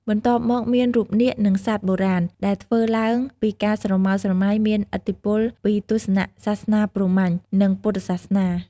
បន្ទាប់មកមានរូបនាគ និងសត្វបុរាណ ដែលធ្វើឡើងពីការស្រមើស្រមៃ មានឥទ្ធិពលពីទស្សនៈសាសនាព្រហ្មញ្ញ និងពុទ្ធសាសនា។